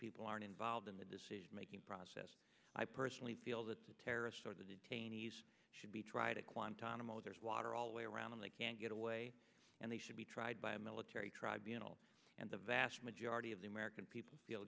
people aren't involved in the decision making process i personally feel that the terrorists or the detainees should be tried in kuantan a moser's water all the way around and they can't get away and they should be tried by a military tribunal and the vast majority of the american people feel